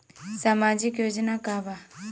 सामाजिक योजना का बा?